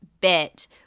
bit